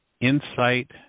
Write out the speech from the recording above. insight